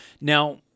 Now